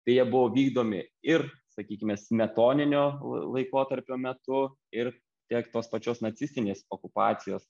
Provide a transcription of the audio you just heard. tai jie buvo vykdomi ir sakykime smetoninio laikotarpio metu ir tiek tos pačios nacistinės okupacijos